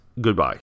Goodbye